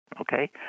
okay